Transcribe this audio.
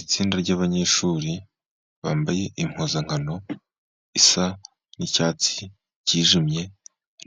Itsinda ry'abanyeshuri bambaye impuzankano isa n'icyatsi cyijimye,